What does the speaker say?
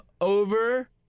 over